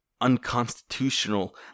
unconstitutional